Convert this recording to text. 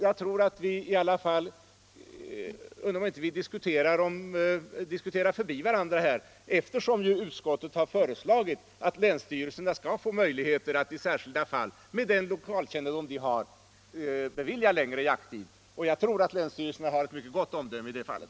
Jag undrar om vi inte diskuterar förbi varandra här, eftersom ju utskottet har föreslagit att länsstyrelserna skall få möjligheter i särskilda fall, med den lokalkännedom de har, att bevilja längre jakttid, och jag tror att länsstyrelserna har ett mycket gott omdöme i det fallet.